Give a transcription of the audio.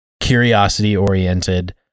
curiosity-oriented